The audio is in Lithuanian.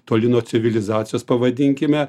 toli nuo civilizacijos pavadinkime